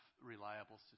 reliable